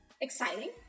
exciting